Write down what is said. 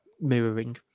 mirroring